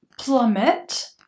Plummet